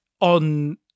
on